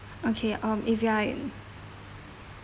okay um if you are